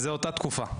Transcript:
זאת אותה תקופה.